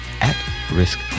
at-risk